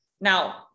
Now